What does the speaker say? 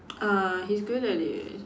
uh he's good at it